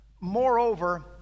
Moreover